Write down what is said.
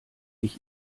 ich